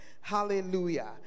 Hallelujah